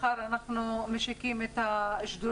מחר, בעזרת השם, אנחנו משיקים את השדולה